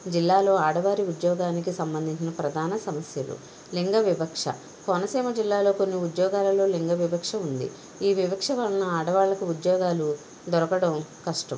జిల్లాలో ఆడవారి ఉద్యోగానికి సంబంధించిన ప్రధాన సమస్యలు లింగ వివక్ష కోనసీమ జిల్లాలో కొన్ని ఉద్యోగాలలో లింగ వివక్ష ఉంది వివక్ష వలన ఆడవాళ్లకు ఉద్యోగాలు దొరకడం కష్టం